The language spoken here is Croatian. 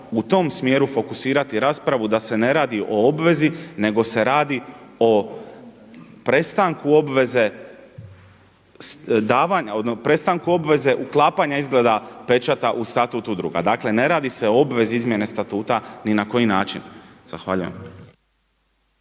u tom smjeru fokusirati raspravu da se ne radi o obvezi nego se radi o prestanu obveze uklapanja izgleda pečata u statut udruga. Dakle ne radi se o obvezi izmjene statuta ni na koji način. Zahvaljujem.